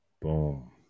Boom